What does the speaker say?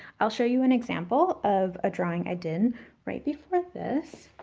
i'll show you an example of a drawing i did right before this.